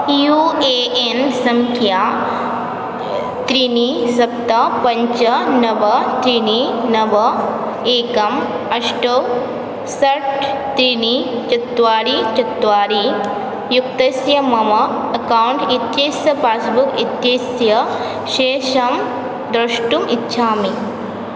you A N सङ्ख्या त्रीणि सप्त पञ्च नव त्रीणि नव एकम् अष्ट षट् त्रीणि चत्वारि चत्वारि युक्तस्य मम अकौण्ट् इत्यस्य पास्बुक् इत्यस्य शेषं द्रष्टुम् इच्छामि